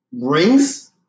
rings